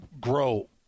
grow